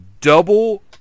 double